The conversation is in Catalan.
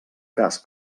cas